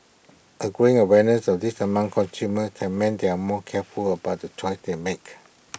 A growing awareness of this among consumers has meant they are more careful about the choices they make